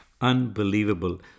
Unbelievable